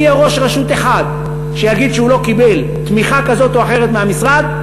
אם יהיה ראש רשות אחד שיגיד שהוא לא קיבל תמיכה כזאת או אחרת מהמשרד,